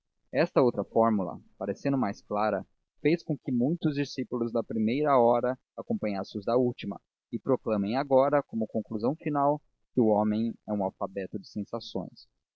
esta outra fórmula parecendo mais clara fez com que muitos discípulos da primeira hora acompanhassem os da última e proclamem agora como conclusão final que o homem é um alfabeto de sensações